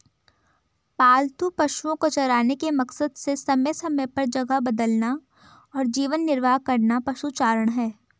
पालतू पशुओ को चराने के मकसद से समय समय पर जगह बदलना और जीवन निर्वाह करना पशुचारण है